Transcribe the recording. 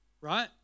right